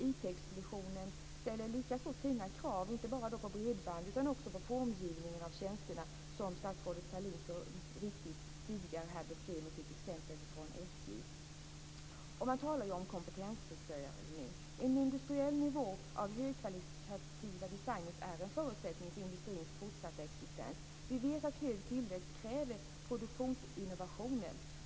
IT explosionen ställer också sina krav, inte bara på bredband utan också på formgivningen av tjänster - som statsrådet Sahlin mycket riktigt tidigare beskrev här med ett exempel från SJ. Det talas om kompetensförsörjning. En industriell nivå av högkvalitativa designer är en förutsättning för industrins fortsatta existens. Vi vet att hög tillväxt kräver produktinnovation.